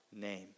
name